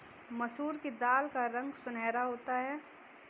मसूर की दाल का रंग सुनहरा होता है